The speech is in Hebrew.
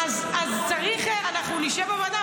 אנחנו נשב בוועדה,